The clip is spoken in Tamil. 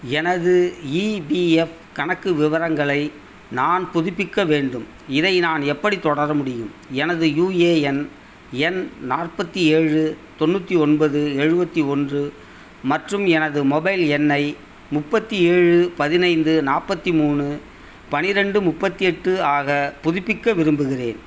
எனது இபிஎஃப் கணக்கு விவரங்களை நான் புதுப்பிக்க வேண்டும் இதை நான் எப்படி தொடர முடியும் எனது யூஏஎன் எண் நாற்பத்தி ஏழு தொண்ணூத்தி ஒன்பது எழுவத்தி ஒன்று மற்றும் எனது மொபைல் எண்ணை முப்பத்தி ஏழு பதினைந்து நாற்பத்தி மூணு பன்னிரெண்டு முப்பத்து எட்டு ஆக புதுப்பிக்க விரும்புகிறேன்